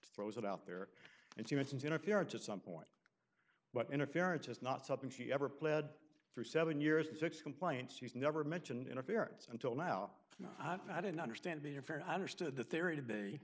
throws it out there and she mentions interference at some point what interference is not something she ever pled for seven years and six complaints she's never mentioned interference until now i don't understand being a fan i understood the theory to be